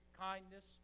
kindness